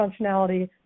functionality